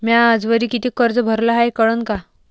म्या आजवरी कितीक कर्ज भरलं हाय कळन का?